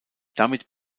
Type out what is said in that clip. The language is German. damit